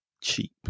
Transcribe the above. cheap